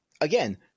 Again